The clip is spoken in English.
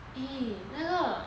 eh 那个